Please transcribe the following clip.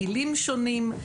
הגילים שונים,